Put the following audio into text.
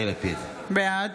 בעד